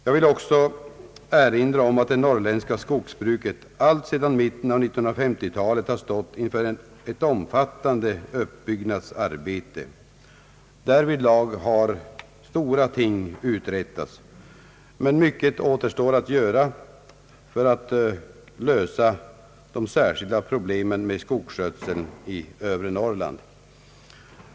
Jag vill också erinra om att det norrländska skogsbruket alltsedan mitten av 1950-talet har stått inför ett omfattande uppbyggnadsarbete. Därvidlag har stora ting uträttats. Men mycket återstår dock att göra för att lösa de särskilda problemen med skogsskötseln i övre Norrland.